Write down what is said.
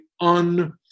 un